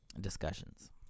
discussions